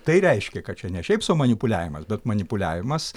tai reiškia kad čia ne šiaip sau manipuliavimas bet manipuliavimas